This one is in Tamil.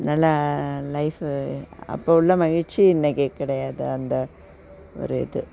நல்லா லைஃப் அப்போது உள்ள மகிழ்ச்சி இன்றைக்கு கிடையாது அந்த ஒரு இது